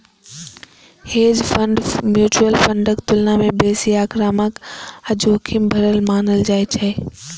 hedge fund mutual फंडक तुलना मे बेसी आक्रामक आ जोखिम भरल मानल जाइ छै